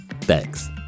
Thanks